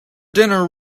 dinner